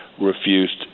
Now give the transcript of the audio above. refused